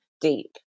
deep